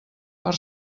per